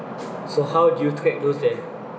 so how do you track those that